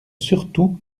surtout